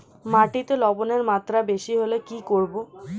মাটিতে লবণের মাত্রা বেশি হলে কি করব?